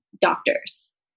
doctors